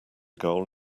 goal